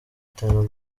itanu